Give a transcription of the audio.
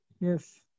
Yes